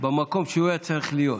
תהיה במקום שהוא היה צריך להיות.